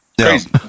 Crazy